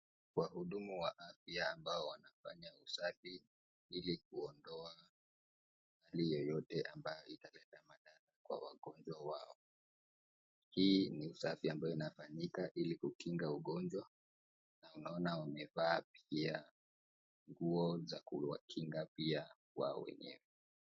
Wahudumu wa afya ambao wanafanya usafi ili kuondoa kitu yoyote ambayo italeta madhara kwa wagonjwa wao, hii ni usafi ambayo inafanyika ili kukinga ugonjwa, na ninaona wamevaa pia nguo za kuwakinga pia wao wenyewe.